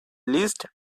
list